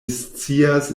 scias